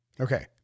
Okay